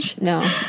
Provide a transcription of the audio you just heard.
no